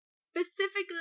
Specifically